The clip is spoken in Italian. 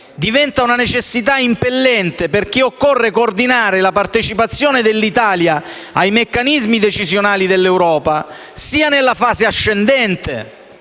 rinviabile e impellente, perché occorre coordinare la partecipazione dell'Italia ai meccanismi decisionali dell'Europa, nella fase sia ascendente